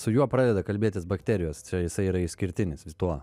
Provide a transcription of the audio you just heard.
su juo pradeda kalbėtis bakterijos čia jisai yra išskirtinis tuo